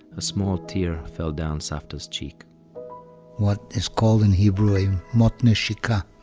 a small tear fell down savta's cheek what is called in hebrew a mot neshika